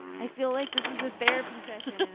i feel like this was a therapy session.